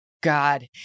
God